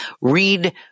read